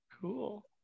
cool